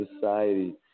society